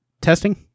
testing